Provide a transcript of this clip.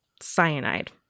cyanide